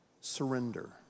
surrender